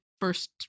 first